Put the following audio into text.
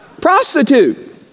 Prostitute